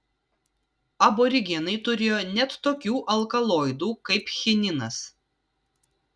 aborigenai turėjo net tokių alkaloidų kaip chininas